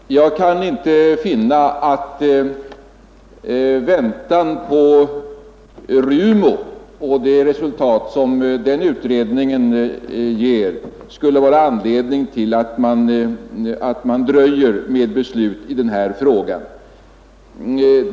Herr talman! Jag kan inte finna att väntan på RUMO och det resultat som den utredningen ger skulle vara anledning till att man dröjer med beslut i denna fråga.